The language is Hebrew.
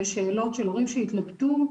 לשאלות של הורים שהתלבטו,